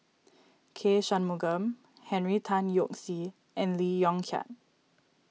K Shanmugam Henry Tan Yoke See and Lee Yong Kiat